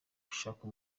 gushaka